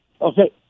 Okay